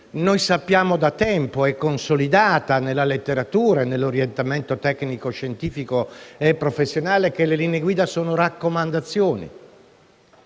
noi sappiamo da tempo (ed è consolidato nella letteratura e nell'orientamento tecnico-scientifico e professionale), che le linee guida sono delle raccomandazioni,